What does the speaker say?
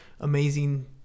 amazing